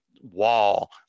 wall